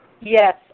Yes